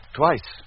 twice